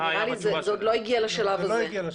נראה לי שזה עוד לא הגיע לשלב הזה.